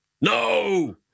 No